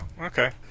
okay